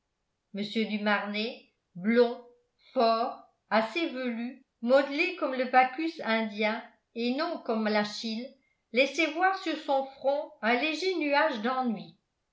mr du marnet blond fort assez velu modelé comme le bacchus indien et non comme l'achille laissait voir sur son front un léger nuage d'ennui